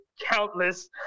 countless